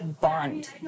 bond